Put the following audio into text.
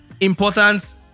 important